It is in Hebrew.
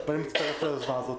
אני מצטרף ליוזמה הזאת.